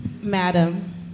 Madam